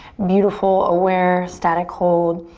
beautiful, aware. static hold.